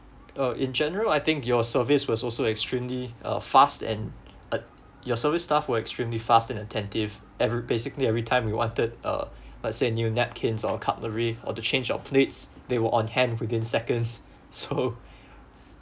uh in general I think your service was also extremely uh fast and uh your service staff were extremely fast and attentive ever~ basically every time we wanted uh let's say new napkins or cutlery or to change your plates they were on hand within seconds so